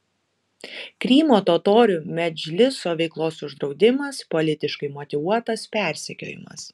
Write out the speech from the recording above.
krymo totorių medžliso veiklos uždraudimas politiškai motyvuotas persekiojimas